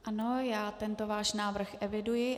Ano, já tento váš návrh eviduji.